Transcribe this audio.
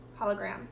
hologram